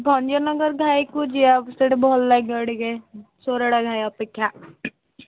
ଭଞ୍ଜନଗର ଘାଇକୁ ଯିବା ସେଇଟା ଭଲ ଲାଗିବ ଟିକେ ସୋରଡ଼ା ଘାଇ ଅପେକ୍ଷା